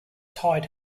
tight